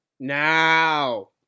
now